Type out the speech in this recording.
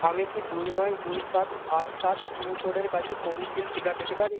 আমি কি দুই নয় দুই সাত আট সাত পিনকোডের কাছে কোভিশিল্ড টিকা পেতে পারি